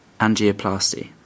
angioplasty